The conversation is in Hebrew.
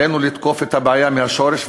עלינו לתקוף את הבעיה מהשורש,